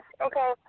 Okay